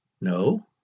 No